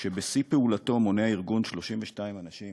כשבשיא פעולתו הארגון מונה 32 אנשים